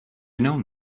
known